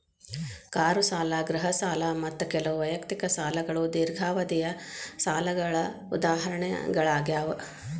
car ಸಾಲ ಗೃಹ ಸಾಲ ಮತ್ತ ಕೆಲವು ವೈಯಕ್ತಿಕ ಸಾಲಗಳು ದೇರ್ಘಾವಧಿಯ ಸಾಲಗಳ ಉದಾಹರಣೆಗಳಾಗ್ಯಾವ